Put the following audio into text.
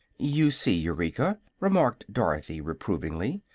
you see, eureka, remarked dorothy, reprovingly,